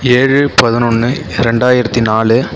ஏழு பதுனொன்று ரெண்டாயிரத்தி நாலு